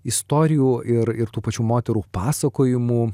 istorijų ir ir tų pačių moterų pasakojimų